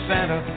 Santa